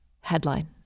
headline